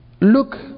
Look